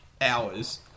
hours